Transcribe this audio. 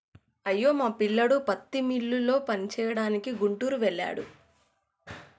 అయ్యో మా పిల్లోడు పత్తి మిల్లులో పనిచేయడానికి గుంటూరు వెళ్ళాడు